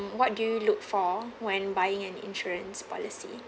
what do you look for when buying an insurance policy